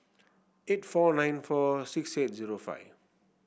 eight four nine four six eight zero five